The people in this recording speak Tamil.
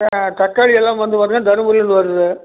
தக்காளி எல்லாம் வந்து பார்த்தீங்கன்னா தர்மபுரிலருந்து வருது